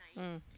mm